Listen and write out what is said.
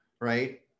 right